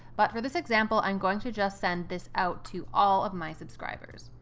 but for this example, i'm going to just send this out to all of my subscribers.